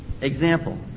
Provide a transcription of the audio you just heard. Example